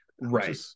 Right